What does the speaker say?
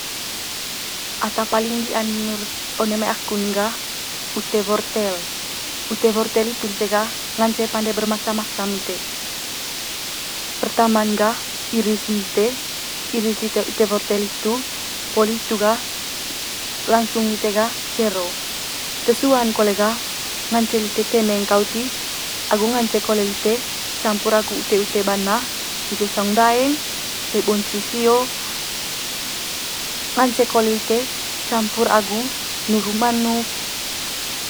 ata paling dia menurut one mai aku'n gah ute wortel. Ute wortel hitu lite gah ngance pande bermacam macam lite. Pertama'n gah iris lite iris lite ute wortel hitu poli hitu gah langsung lite gah cero. Te sua'n kole gah ngance lite teneng kaut i agu ngance kole lite campur agu ute ute bana ise saung ndaeng ise boncis sio ngance kole lite campur agu nuru manuk.